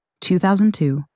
2002